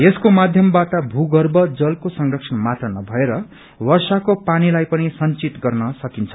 यसको माध्यमबाट भूगर्म जलको संरक्षणमात्र नभएर वर्षाको पानीलाई पनि संचित गर्न सकिन्छ